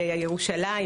ירושלים,